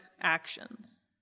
actions